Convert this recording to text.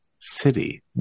city